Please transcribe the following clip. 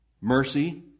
mercy